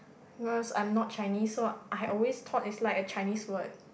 because i'm not Chinese so I always thought it's like a Chinese word